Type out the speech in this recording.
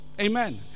Amen